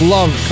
Love